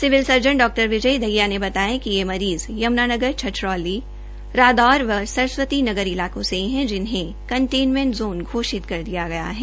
civil surgeon Dr Vijay Dahiya ने बताया कि यह मरीज यमुनानगर छछरौली रादौर व सरस्वती नगर इलकों से है जिनहें कंटेनमेंट जोन घोषित कर दिया गया है